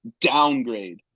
downgrade